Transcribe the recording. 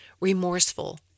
remorseful